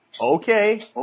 okay